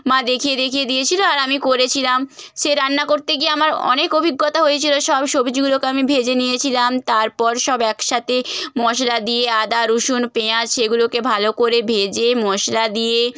মা দেখিয়ে দেখিয়ে দিয়েছিল আর আমি করেছিলাম সে রান্না করতে গিয়ে আমার অনেক অভিজ্ঞতা হয়েছিল সব সবজিগুলোকে আমি ভেজে নিয়েছিলাম তারপর সব একসাথে মশলা দিয়ে আদা রসুন পেয়াঁজ সেগুলোকে ভালো করে ভেজে মশলা দিয়ে